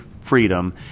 freedom